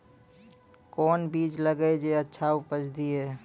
कोंन बीज लगैय जे अच्छा उपज दिये?